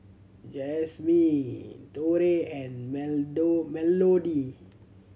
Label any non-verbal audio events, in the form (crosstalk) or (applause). Jasmine Torey and (unintelligible) Melodee